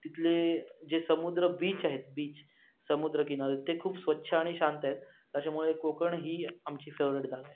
तिथले जे समुद्र बीच आहेत बीच समदुद्रकिनारे ते खूप स्वच्छ आणि शांत आहेत त्याच्यामुळे कोकण ही आमची फेवरेट जागा आहे